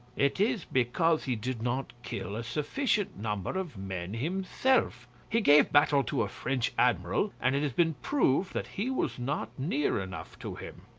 it is because he did not kill a sufficient number of men himself. he gave battle to a french admiral and it has been proved that he was not near enough to him.